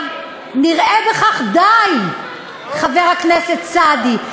נראה בכך די, חבר הכנסת סעדי.